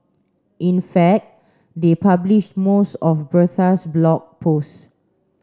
in fact they published most of Bertha's Blog Posts